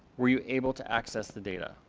were you able to access the data.